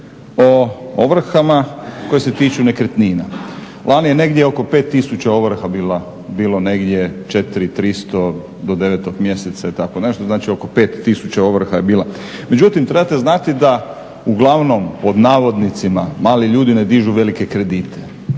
o ovrhama koje se tiču nekretnina. Lani je negdje oko 5000 ovrha bilo negdje 4300 do 9. mjeseca i tako nešto, znači oko 5000 ovrha je bilo. Međutim, trebate znati da uglavnom pod navodnicima "mali ljudi" ne dižu velike kredite.